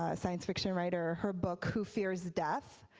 ah science fiction writer. her book who fears death?